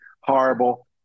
horrible